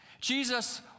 Jesus